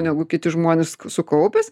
negu kiti žmonės sukaupęs